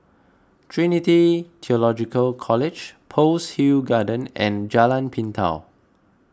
Trinity theological College Pearl's Hill Road and Jalan Pintau